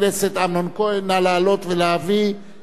נא להעלות ולהביא את הצעת החוק.